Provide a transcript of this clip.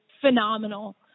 phenomenal